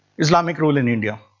islamic rule in india,